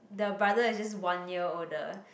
the brother is just one year older